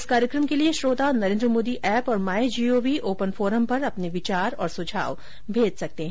इस कार्यक्रम के लिए श्रोता नरेन्द्र मोदी ऐप और माई जीओवी ओपन फोरम पर अपने विचार और सुझाव भेज सकते हैं